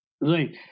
Right